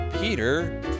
Peter